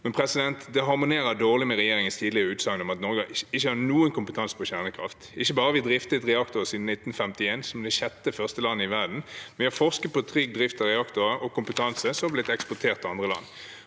Ukraina, men det harmonerer dårlig med regjeringens tidligere utsagn om at Norge ikke har noen kompetanse på kjernekraft. Ikke bare har vi driftet reaktorer siden 1951, som det sjette første land i verden, men vi har forsket på trygg drift av reaktorer og kompetanse som har blitt eksportert til andre land.